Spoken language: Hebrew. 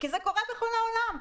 כי זה קורה בכל העולם.